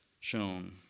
shown